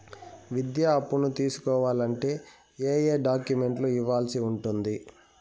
విద్యా అప్పును తీసుకోవాలంటే ఏ ఏ డాక్యుమెంట్లు ఇవ్వాల్సి ఉంటుంది